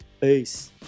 Peace